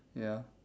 ya